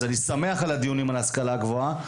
אז אני שמח על הדיונים על ההשכלה הגבוהה,